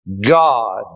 God